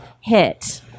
hit